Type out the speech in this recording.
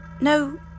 No